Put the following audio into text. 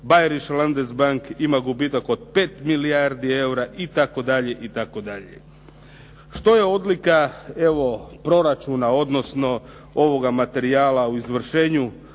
Bayerische Landesbank ima gubitak od 5 milijardi eura itd., itd. Što je odlika proračuna odnosno ovoga materijala u izvršenju